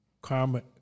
Karma